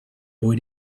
boy